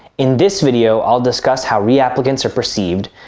in this video, i'll discuss how reapplicants are perceived,